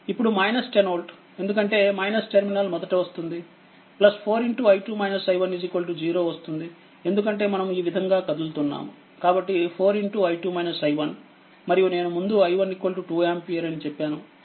ఇప్పుడు 10 వోల్ట్ఎందుకంటే టెర్మినల్ మొదట వస్తుంది4i2-i1 0వస్తుందిఎందుకంటేమనము ఈ విధంగా కదులుతున్నాము కాబట్టి 4i2-i1మరియునేనుముందుi12ఆంపియర్అని చెప్పాను